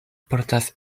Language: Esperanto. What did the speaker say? portas